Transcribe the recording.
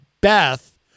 Beth